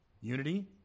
unity